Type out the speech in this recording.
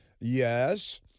Yes